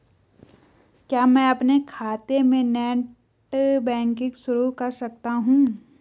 क्या मैं अपने खाते में नेट बैंकिंग शुरू कर सकता हूँ?